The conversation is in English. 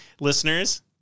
listeners